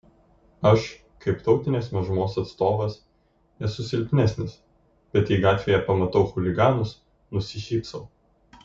aš kaip tautinės mažumos atstovas esu silpnesnis bet jei gatvėje pamatau chuliganus nusišypsau